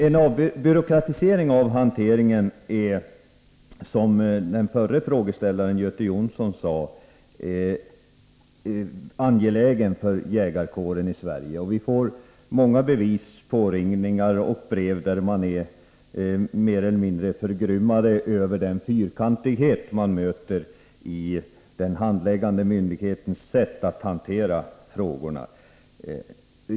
En avbyråkratisering av hanteringen är, som den förre frågeställaren Göte Jonsson sade, angelägen för jägarkåren i Sverige. Vi får många bevis på detta i form av påringningar och brev där man är mer eller mindre förgrymmad över den fyrkantighet som man möter i den handläggande myndighetens sätt att hantera frågorna.